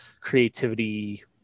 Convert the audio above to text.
creativity